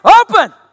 open